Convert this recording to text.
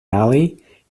alley